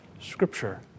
Scripture